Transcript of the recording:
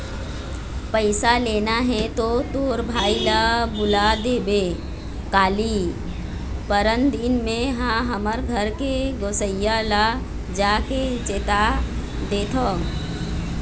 पइसा लेना हे तो तोर भाई ल बुला देबे काली, परनदिन में हा हमर घर के गोसइया ल जाके चेता देथव